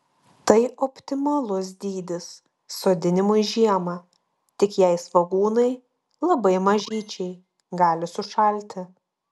tai optimalus dydis sodinimui žiemą tik jei svogūnai labai mažyčiai gali sušalti